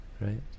right